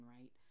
right